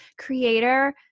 creator